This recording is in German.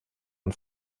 und